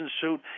suit